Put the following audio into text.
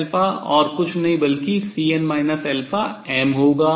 C और कुछ नहीं बल्कि Cn mहोगा